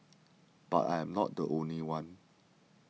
but I'm not the only one